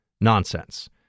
nonsense